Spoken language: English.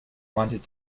wanted